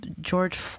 George